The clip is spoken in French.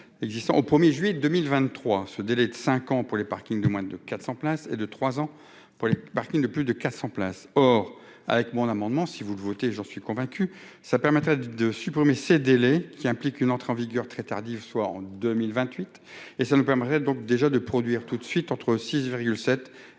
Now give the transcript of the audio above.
existant au 1er juillet 2023, ce délai de 5 ans pour les parkings de moins de 400 places et de 3 ans pour les parkings de plus de 400 places, or avec mon amendement, si vous le votez, j'en suis convaincu, ça permettra de supprimer ces délais qui implique une entrée en vigueur très tardive, soit en 2000 28 et ça nous permettrait donc déjà de produire toute de suite entre 6 7 et